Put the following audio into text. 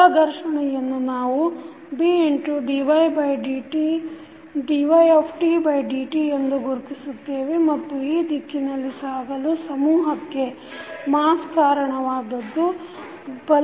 ಸ್ನಿಗ್ಧತಾ ಘರ್ಷಣೆಯನ್ನು ನಾವು Bdytdt ಎಂದು ಗುರುತಿಸುತ್ತೇವೆ ಮತ್ತು ಈ ದಿಕ್ಕಿನಲ್ಲಿ ಸಾಗಲು ಸಮೂಹಕ್ಕೆ ಕಾರಣವಾದದ್ದು ಬಲ